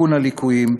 לתיקון הליקויים,